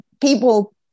People